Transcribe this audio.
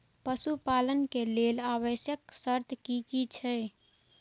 पशु पालन के लेल आवश्यक शर्त की की छै?